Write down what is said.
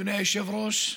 אדוני היושב-ראש,